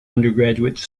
undergraduate